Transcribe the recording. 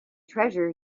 treasure